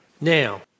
Now